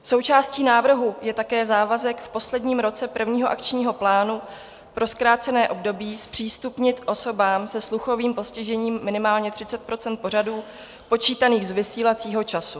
Součástí návrhu je také závazek v posledním roce prvního akčního plánu pro zkrácené období zpřístupnit osobám se sluchovým postižením minimálně 30 % pořadů počítaných z vysílacího času.